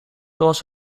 zoals